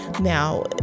Now